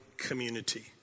Community